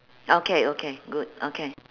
okay okay good okay